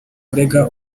kurega